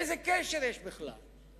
איזה קשר יש בין הדברים בכלל?